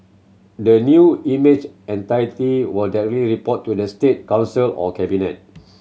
the new image entity will directly report to the State Council or cabinet